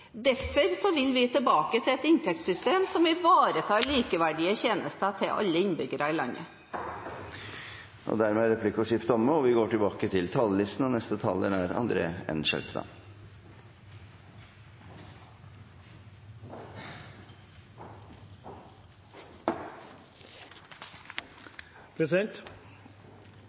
Derfor vil vi tilbake til et inntektssystem som ivaretar likeverdige tjenester til alle innbyggere i landet. Replikkordskiftet er omme. I forrige uke vedtok vi i denne salen landets mest omfattende endring i Kommune-Norge og Fylkes-Norge på flere tiår. I skyggen av de to reformene er